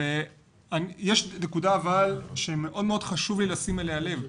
יש נקודה שמאוד חשוב לי לשים אליה לב.